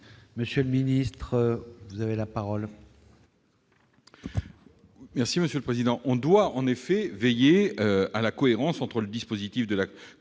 Monsieur le ministre, vous avez dit que les